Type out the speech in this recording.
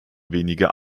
weniger